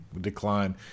decline